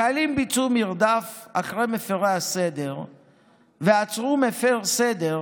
החיילים ביצעו מרדף אחרי מפירי הסדר ועצרו מפר סדר,